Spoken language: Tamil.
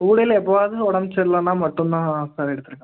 ஊடையில் எப்போவாது உடம்பு சரியில்லன்னா மட்டும் தான் சார் எடுத்திருக்கான்